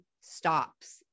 stops